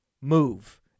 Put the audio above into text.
move